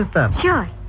Sure